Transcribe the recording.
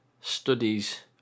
studies